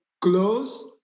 close